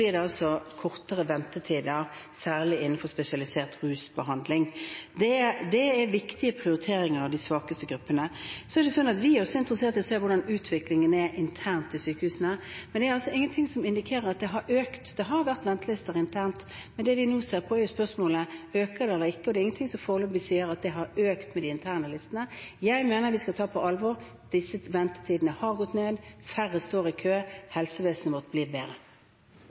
kortere ventetider, særlig innenfor spesialisert rusbehandling. Det er viktige prioriteringer av de svakeste gruppene. Vi er også interessert i å se hvordan utviklingen er internt i sykehusene. Det har vært ventelister internt, og det vi nå ser på, er om de øker eller ikke, men det er ingenting foreløpig som tilsier at de har økt på de interne listene. Jeg mener at vi skal ta på alvor at ventetidene har gått ned, at færre står i kø, og at helsevesenet vårt blir bedre.